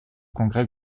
congrès